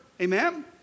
Amen